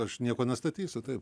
aš nieko nestatysiu taip